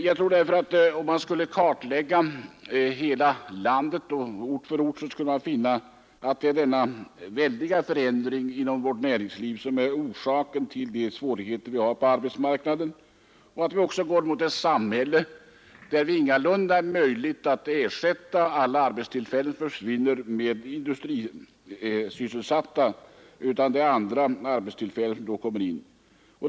Jag tror därför att om man skulle kartlägga hela landet ort för ort, skulle man finna att det är denna väldiga förändring inom vårt näringsliv som är orsaken till de svårigheter vi har på arbetsmarknaden och att vi går mot ett samhälle där det ingalunda är möjligt att ersätta alla arbetstillfällen som försvinner med industrisysselsättning; det är andra arbetstillfällen som då kommer in i bilden.